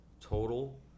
total